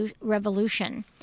revolution